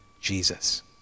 Jesus